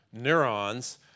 neurons